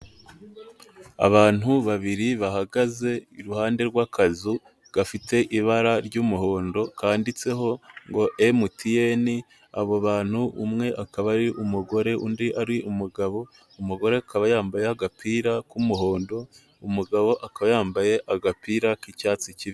Abantu babiri bahagaze iruhande rw'akazu gafite ibara ry'umuhondo kanditseho ngo emutiyeni, abo bantu umwe akaba ari umugore, undi ari umugabo, umugore akaba yambaye agapira k'umuhondo, umugabo akaba yambaye agapira k'icyatsi kibisi.